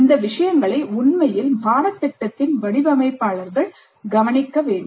இந்த விஷயங்களை உண்மையில் பாடத்திட்டத்தின் வடிவமைப்பாளர்கள் கவனிக்க வேண்டும்